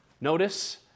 Notice